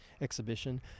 exhibition